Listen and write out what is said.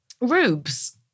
Rubes